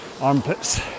armpits